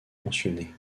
mentionnée